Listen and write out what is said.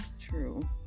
True